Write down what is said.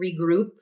regroup